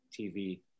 TV